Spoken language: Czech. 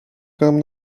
kolem